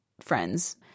friends